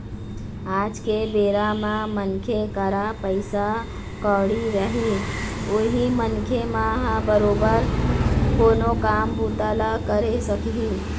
आज के बेरा म मनखे करा पइसा कउड़ी रही उहीं मनखे मन ह बरोबर कोनो काम बूता ल करे सकही